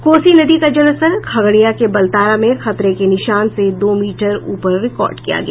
कोसी नदी का जलस्तर खगड़िया के बलतारा में खतरे के निशान से दो मीटर ऊपर रिकॉर्ड किया गया